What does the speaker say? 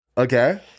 Okay